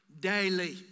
Daily